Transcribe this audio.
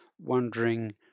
wondering